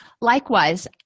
Likewise